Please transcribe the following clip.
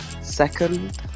second